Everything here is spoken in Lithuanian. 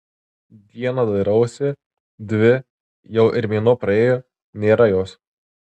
dieną dairausi dvi jau ir mėnuo praėjo nėra jos